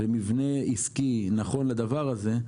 ומבנה עסקי נכון לדבר הזה,